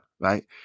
Right